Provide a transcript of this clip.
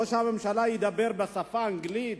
ראש הממשלה ידבר בשפה האנגלית,